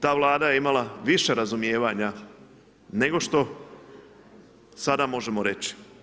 Ta Vlada je imala više razumijevanja nego što sada možemo reći.